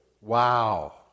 Wow